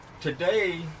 Today